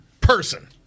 person